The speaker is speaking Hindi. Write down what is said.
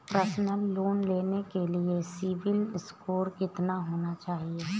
पर्सनल लोंन लेने के लिए सिबिल स्कोर कितना होना चाहिए?